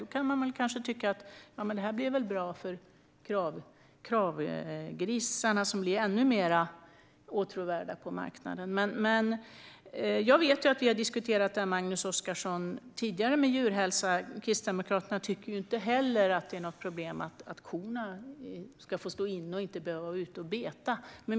Man kan kanske tycka att det här blir bra för Kravgrisarna, som blir ännu mer åtråvärda på marknaden. Jag och Magnus Oscarsson har diskuterat djurhälsa tidigare, och jag vet att Kristdemokraterna heller inte tycker att det är ett problem att korna står inne och inte får vara ute och beta.